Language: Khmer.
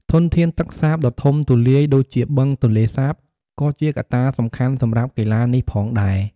ធនធានទឹកសាបដ៏ធំទូលាយដូចជាបឹងទន្លេសាបក៏ជាកត្តាសំខាន់សម្រាប់កីឡានេះផងដែរ។